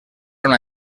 una